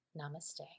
namaste